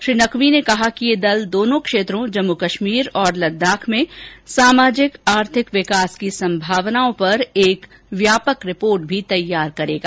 श्री नकवी ने कहा कि यह दल दोनों क्षेत्रों जम्मू कश्मीर और लद्दाख में सामाजिक आर्थिक विकास की संभावनाओं पर एक व्यापक रिपोर्ट भी तैयार करेगा